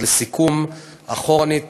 לסיכום אחורנית,